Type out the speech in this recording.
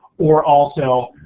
or also,